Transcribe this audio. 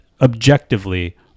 objectively